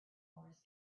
wars